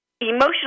emotional